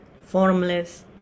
formless